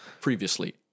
Previously